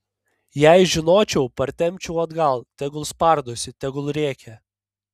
jei žinočiau partempčiau atgal tegul spardosi tegul rėkia